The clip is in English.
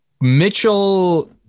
Mitchell